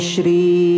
Shri